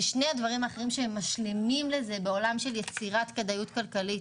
כששני הדברים האחרים שהם משלימים לזה בעולם של יצירת כדאיות כלכלית